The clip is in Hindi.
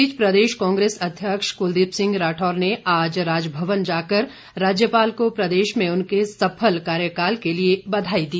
इस बीच प्रदेश कांग्रेस अध्यक्ष कुलदीप सिंह राठौर ने आज राजभवन जाकर राज्यपाल को प्रदेश में उनके सफल कार्यकाल के लिए बधाई दी